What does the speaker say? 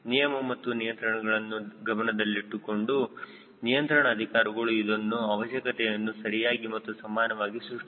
ನಿಯಮ ಮತ್ತು ನಿಯಂತ್ರಣಗಳನ್ನು ಗಮನದಲ್ಲಿಟ್ಟುಕೊಂಡು ನಿಯಂತ್ರಣ ಅಧಿಕಾರಿಗಳು ಇದನ್ನು ಅವಶ್ಯಕತೆಯನ್ನು ಸರಿಯಾಗಿ ಮತ್ತು ಸಮಾನವಾಗಿ ಸೃಷ್ಟಿಸುತ್ತದೆ